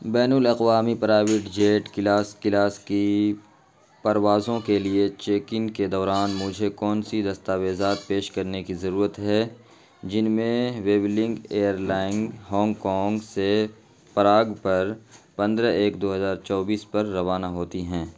بین الاقوامی private jet class class کی پروازوں کے لیے چیک ان کے دوران مجھے کون سی دستاویزات پیش کرنے کی ضرورت ہے جن میں Vueling airline Hong Kong سے پراگ پر پندرہ ایک دو ہزار چوبیس پر روانہ ہوتی ہیں